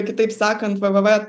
kitaip sakant vvv